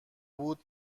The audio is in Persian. بود